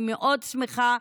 ואני מאוד שמחה,